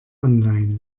online